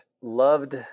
loved –